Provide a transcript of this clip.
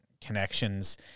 connections